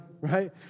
right